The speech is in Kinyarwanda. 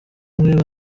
umwe